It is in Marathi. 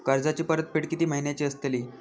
कर्जाची परतफेड कीती महिन्याची असतली?